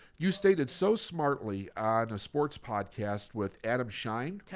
you stated so smartly on a sports podcast with adam shine